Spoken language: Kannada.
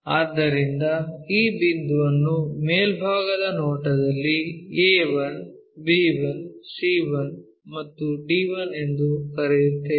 ಆದ್ದರಿಂದ ಈ ಬಿಂದುವನ್ನು ಮೇಲ್ಭಾಗದ ನೋಟದಲ್ಲಿ a1 b1 c1 ಮತ್ತು d1 ಎಂದು ಕರೆಯುತ್ತೇವೆ